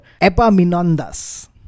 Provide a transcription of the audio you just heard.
epaminondas